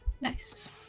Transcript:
Nice